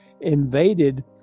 invaded